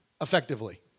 effectively